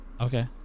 okay